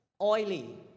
Oily